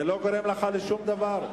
זה לא גורם לך לשום דבר.